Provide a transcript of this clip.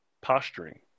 posturing